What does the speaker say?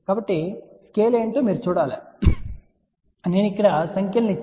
కాబట్టి స్కేల్ ఏమిటో మీరు చూడాలి కాని నేను ఇక్కడ సంఖ్యలని ఇచ్చాను